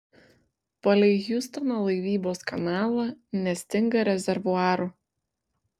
palei hjustono laivybos kanalą nestinga rezervuarų